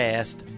Past